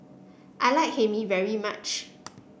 I like Hae Mee very much